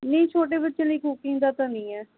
ਨਹੀਂ ਛੋਟੇ ਬੱਚੇ ਲਈ ਕੁਕਿੰਗ ਦਾ ਤਾਂ ਨਹੀਂ ਹੈ